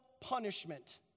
punishment